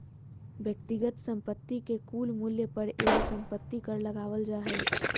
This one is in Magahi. व्यक्तिगत संपत्ति के कुल मूल्य पर एगो संपत्ति कर लगावल जा हय